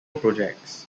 projects